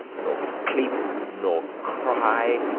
nor clepe nor cry,